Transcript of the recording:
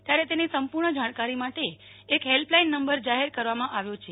ત્યારે તેની સંપૂર્ણ જાણકારી માટે એક હેલ્પલાઇન નંબર જાહેર કરવામાં આવ્યો છે